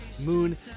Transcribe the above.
Moon